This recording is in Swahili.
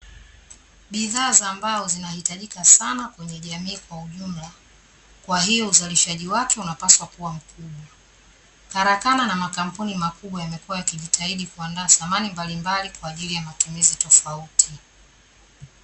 Bidhaa za mbao zinahitajika sana kwenye jamii kwa ujumla, kwa hiyo uzalishaji wake unapaswa kua mkubwa. Karakana na makampuni makubwa yamekua yakijitahidi kuandaa samani mbalimbali kwa ajili ya matumizi tofauti.